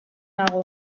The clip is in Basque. nago